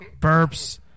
burps